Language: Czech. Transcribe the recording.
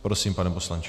Prosím, pane poslanče.